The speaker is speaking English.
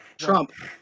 Trump